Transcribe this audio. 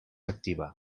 activa